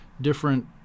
different